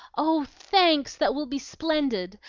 oh, thanks! that will be splendid.